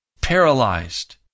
paralyzed